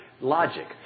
logic